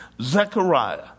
Zechariah